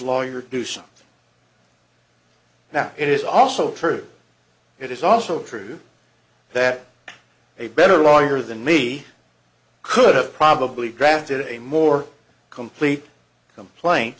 lawyer do so now it is also true it is also true that a better lawyer than me could have probably drafted a more complete complain